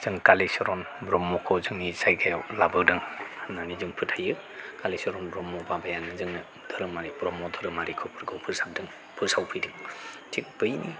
जों कालिचरन ब्रह्मखौ जोंनि जायगायाव लाबोदों होननानै जों फोथायो कालिचरन ब्रह्म बाबायानो जोंनो धोरोमारि ब्रह्म फोरखौ फोसाबदों फोसावफैदों थिग बैनि